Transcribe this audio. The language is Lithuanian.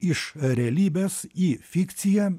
iš realybės į fikciją